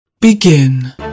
Begin